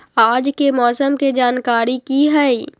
आज के मौसम के जानकारी कि हई?